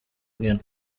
nkino